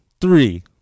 Three